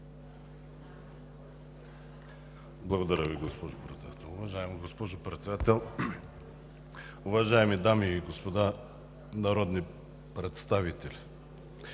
Уважаема госпожо Председател, уважаеми дами и господа народни представители!